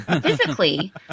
physically